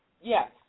yes